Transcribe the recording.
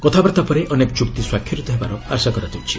କଥାବାର୍ତ୍ତା ପରେ ଅନେକ ଚୁକ୍ତି ସ୍ୱାକ୍ଷରିତ ହେବାର ଆଶା କରାଯାଉଛି